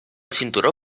cinturó